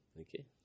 Okay